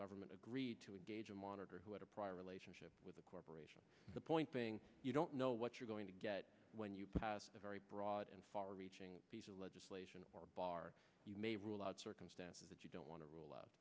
government agreed to engage in monitoring who had a prior relationship with the corporation the point being you don't know what you're going to get when you pass a very broad and far reaching piece of legislation bar you may rule out circumstances that you don't want to